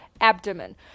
abdomen